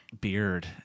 beard